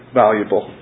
valuable